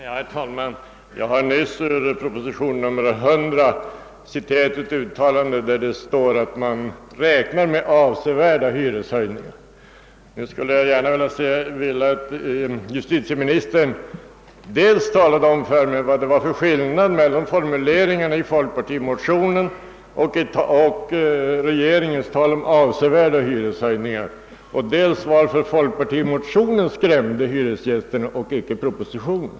Herr talman! Jag har nyss ur propositionen nr 100 citerat ett uttalande, vari det står att man räknar med avsevärda hyreshöjningar. Nu skulle jag vilja att justitieministern talade om för mig dels vad det är för skillnad mellan formuleringarna i folkpartimotionen och regeringens tal om avsevärda hyreshöjningar, dels varför folkpartimotionen skrämde hyresgästerna men: däremot icke propositionen.